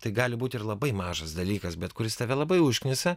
tai gali būt ir labai mažas dalykas bet kuris tave labai užknisa